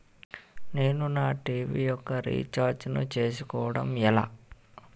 నేను నా టీ.వీ యెక్క రీఛార్జ్ ను చేసుకోవడం ఎలా?